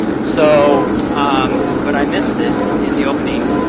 so um but i missed it in the opening